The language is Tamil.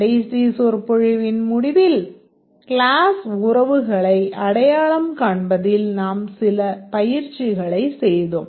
கடைசி சொற்பொழிவின் முடிவில் கிளாஸ் உறவுகளை அடையாளம் காண்பதில் நாம் சில பயிற்சிகளை செய்தோம்